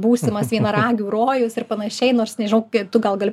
būsimas vienaragių rojus ir panašiai nors nežinau tu gal gali